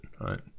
right